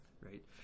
right